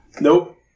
Nope